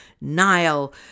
Nile